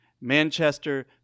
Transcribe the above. Manchester